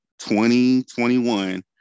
2021